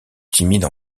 timide